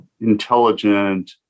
intelligent